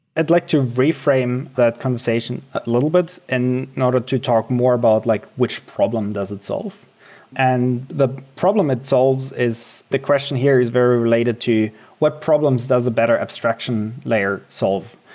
i'd like to reframe that conversation a little bit and in order to talk more about like which problem does it solve. and the problem it solves is the question here is very related to what problems does a better abstraction layer solve?